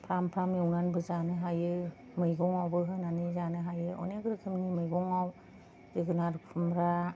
फ्राम फ्राम एवनानै बो जानो हायो मैगंआवबो होनानै जानो हायो अनेख रोखोमनि मैगंआव जोगोनार खुमब्रा